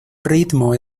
ritmo